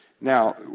Now